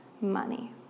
money